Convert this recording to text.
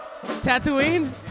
Tatooine